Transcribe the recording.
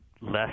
less